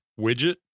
widget